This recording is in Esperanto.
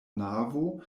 navo